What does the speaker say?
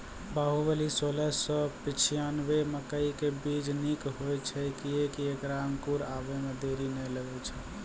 बाहुबली सोलह सौ पिच्छान्यबे मकई के बीज निक होई छै किये की ऐकरा अंकुर आबै मे देरी नैय लागै छै?